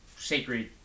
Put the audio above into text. sacred